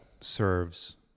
serves